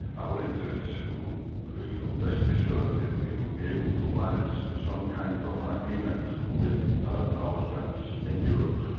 our interests would you know best be served if we would be able to manage some kind of an agreement with our friends in europe,